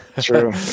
True